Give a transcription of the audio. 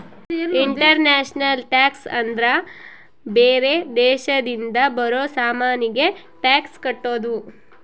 international tax ಅಂದ್ರ ಬೇರೆ ದೇಶದಿಂದ ಬರೋ ಸಾಮಾನಿಗೆ ಟ್ಯಾಕ್ಸ್ ಕಟ್ಟೋದು